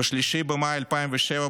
ב-3 במאי 2007,